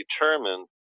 determined